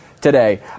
today